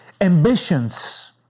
ambitions